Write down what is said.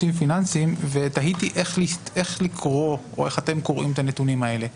הפיננסיים ותהיתי איך אתם קוראים את הנתונים האלה.